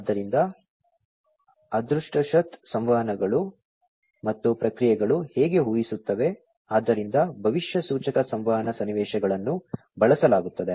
ಆದ್ದರಿಂದ ಅತ್ಯುತ್ಕೃಷ್ಟ ಸಂವಹನಗಳು ಮತ್ತು ಪ್ರಕ್ರಿಯೆಗಳು ಹೇಗೆ ಊಹಿಸುತ್ತವೆ ಆದ್ದರಿಂದ ಭವಿಷ್ಯಸೂಚಕ ಸಂವಹನ ಸನ್ನಿವೇಶಗಳನ್ನು ಬಳಸಲಾಗುತ್ತದೆ